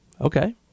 Okay